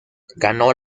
ganó